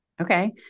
Okay